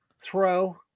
throw